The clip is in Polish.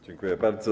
Dziękuję bardzo.